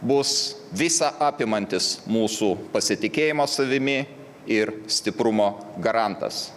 bus visa apimantis mūsų pasitikėjimo savimi ir stiprumo garantas